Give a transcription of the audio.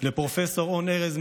לפרופ' און ארז,